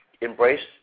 Embrace